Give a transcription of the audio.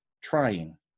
Trying